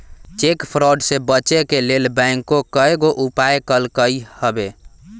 cheque fraud से बचे के लेल बैंकों कयगो उपाय कलकइ हबे